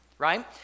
Right